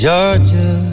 Georgia